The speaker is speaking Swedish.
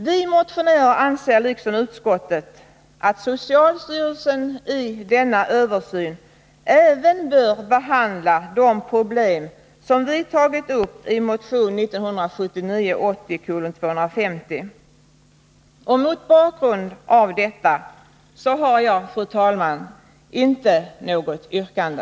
Vi motionärer anser liksom utskottet att socialstyrelsen i denna översyn bör behandla även de problem som vi tagit upp i motion 1979/80:250, och mot bakgrund av detta har jag, fru talman, inte något yrkande.